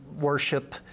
worship